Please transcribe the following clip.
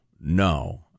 No